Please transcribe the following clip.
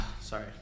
sorry